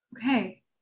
Okay